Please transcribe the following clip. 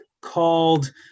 called